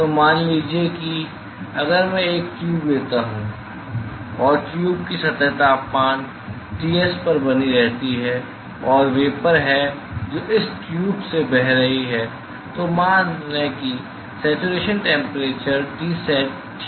तो मान लीजिए कि अगर मैं एक ट्यूब लेता हूं और ट्यूब की सतह तापमान Ts पर बनी रहती है और वेपर है जो इस ट्यूब से बह रही है तो मान लें कि सेच्युरेशन टैम्परेचर Tsat ठीक है